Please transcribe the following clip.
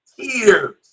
tears